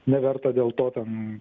neverta dėl to ten